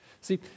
See